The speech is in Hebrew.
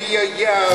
מי יגיע,